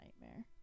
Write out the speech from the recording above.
nightmare